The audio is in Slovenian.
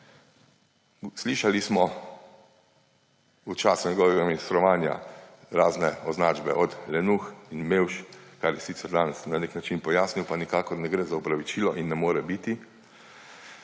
Slišali smo v času njegovega ministrovanja razne označbe, od lenuhov in mevž, kar je sicer danes na nek način pojasnil, pa nikakor ne gre za opravičilo in ne more biti.